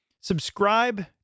Subscribe